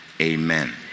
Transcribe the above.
Amen